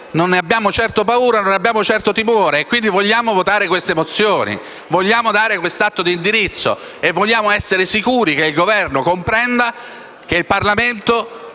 Non ne abbiamo certo paura e timore e, quindi, vogliamo votare le mozioni, vogliamo dare questo atto di indirizzo e vogliamo essere sicuri che il Governo comprenda che il Parlamento